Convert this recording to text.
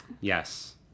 yes